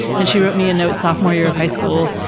and she wrote me a note sophomore year of high school,